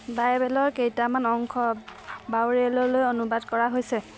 বাইবেলৰ কেইটামান অংশ বাউৰেৰলৈ অনুবাদ কৰা হৈছে